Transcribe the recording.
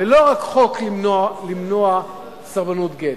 ולא רק חוק למנוע סרבנות גט.